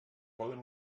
poden